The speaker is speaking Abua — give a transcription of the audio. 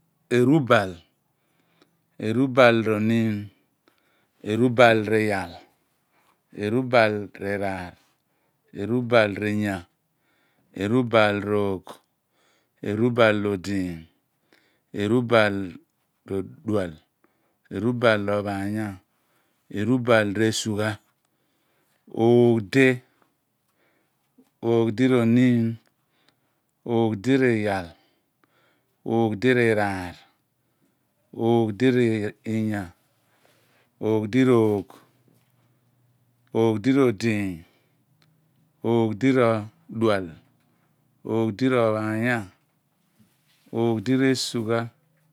Erubal, erubal r`onin, erubal r` iyal erubal iraar erubal r`inya erubal r`oogh erubal r`odiiny erubal r`odual erubal r`ophaaya erubal ih r`esugha oogh di oogh di r`omin oogh di r`iyal oogh di r`naar oogh d r´inya oogh di r´oogh oogh di r´odiiny oogh di r´odual oogh di r´ophaanya oogh di r´esugha